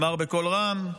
הוא אמר בקול רם.